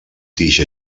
tija